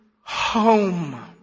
home